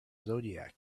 zodiac